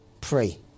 Pray